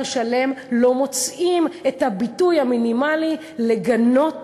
שלם לא מוצאים את הביטוי המינימלי לגנות